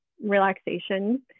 relaxation